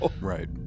Right